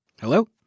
Hello